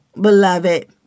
beloved